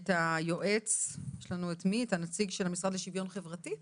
את הנציג של המשרד לשוויון חברתי,